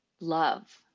love